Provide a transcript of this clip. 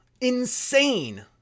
Insane